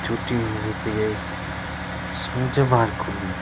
र छुट्टी हुनु बित्तिकै सन्चबारको दिन